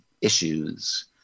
issues